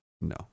No